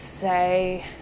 say